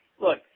look